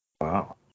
Wow